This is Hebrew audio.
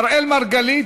אראל מרגלית,